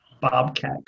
bobcat